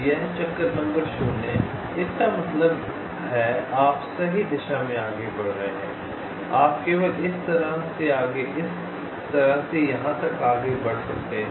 यह चक्कर नंबर शून्य इसका मतलब है आप सही दिशा में आगे बढ़ रहे हैं आप केवल इस तक बढ़ सकते हैं